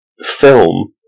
film